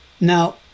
Now